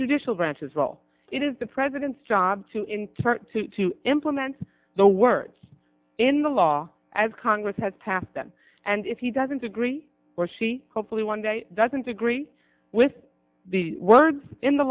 judicial branch as well it is the president's job to inter to to implement the words in the law law as congress has passed that and if he doesn't agree or she hopefully one day doesn't agree with the words in the